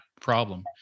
problem